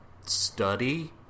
study